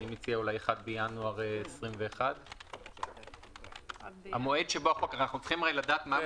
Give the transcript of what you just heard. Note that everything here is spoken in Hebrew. אני מציע: 1 בינואר 2021. אנחנו צריכים לדעת מה